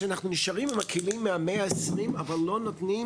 כשאנחנו נשארים עם כלים מהמאה ה-20 אבל לא נותנים